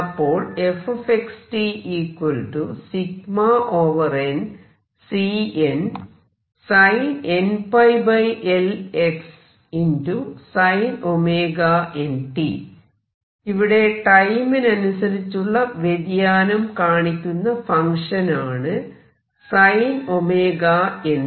അപ്പോൾ ഇവിടെ ടൈമിനനുസരിച്ചുള്ള വ്യതിയാനം കാണിക്കുന്ന ഫങ്ക്ഷൻ ആണ് sin ωnt